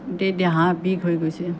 গোটেই দেহা বিষ হৈ গৈছে